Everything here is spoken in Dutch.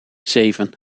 zeven